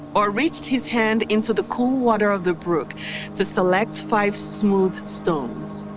or reached his hand into the cool water of the brooke to select five smooth stones.